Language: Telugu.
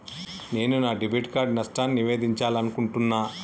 నేను నా డెబిట్ కార్డ్ నష్టాన్ని నివేదించాలనుకుంటున్నా